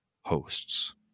hosts